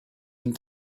and